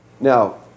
Now